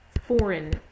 foreign